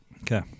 Okay